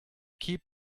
keep